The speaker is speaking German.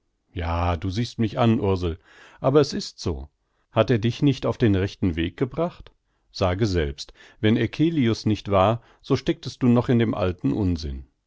ja du siehst mich an ursel aber es ist so hat er dich nicht auf den rechten weg gebracht sage selbst wenn eccelius nicht war so stecktest du noch in dem alten unsinn